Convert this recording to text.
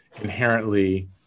inherently